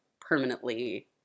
permanently